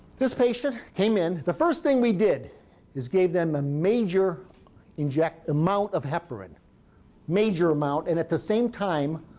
this patient came in. the first thing we did is gave them a major inject amount of heparin major amount, and at the same time,